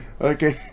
Okay